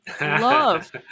love